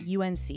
UNC